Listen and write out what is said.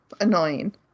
annoying